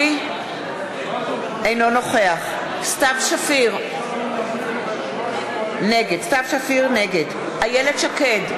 אינו נוכח סתיו שפיר, נגד איילת שקד,